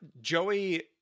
Joey